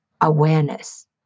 awareness